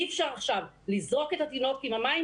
אי-אפשר עכשיו לזרוק את התינוק עם המים